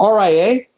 RIA